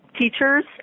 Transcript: teachers